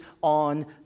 on